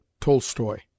tolstoy